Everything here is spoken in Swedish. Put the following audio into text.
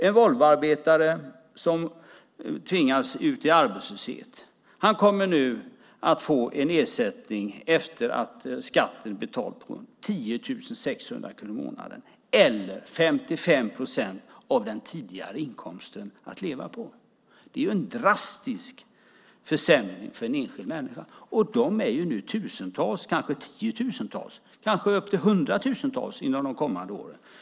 En Volvoarbetare som tvingas ut i arbetslöshet kommer efter att skatten är betald att få en ersättning på 10 600 kronor i månaden eller 55 procent av den tidigare inkomsten att leva på. Det är en drastisk försämring för enskilda människor. Och de är nu tusentals och kanske tiotusentals eller kanske upp till hundratusentals inom de kommande åren.